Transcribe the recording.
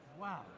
Wow